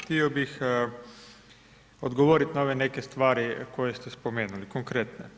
Htio bi odgovoriti na ove neke stvari koje ste spomenuli, konkretne.